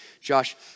Josh